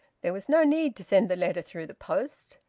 there was no need to send the letter through the post.